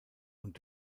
und